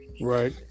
Right